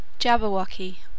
Jabberwocky